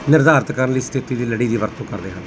ਨਿਰਧਾਰਤ ਕਰਨ ਲਈ ਸਥਿਤੀ ਦੀ ਲੜੀ ਦੀ ਵਰਤੋਂ ਕਰਦੇ ਹਨ